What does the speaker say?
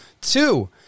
Two